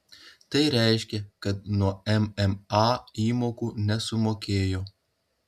tai reiškia kad nuo mma įmokų nesumokėjo